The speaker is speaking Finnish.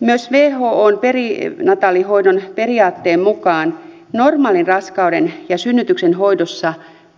myös whon perinataalihoidon periaatteen mukaan normaalin raskauden ja synnytyksen hoidossa